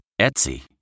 Etsy